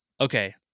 okay